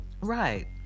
Right